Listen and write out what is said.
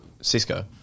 Cisco